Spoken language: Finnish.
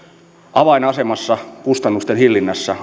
avainasemassa kustannusten hillinnässä